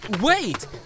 Wait